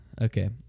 Okay